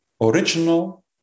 original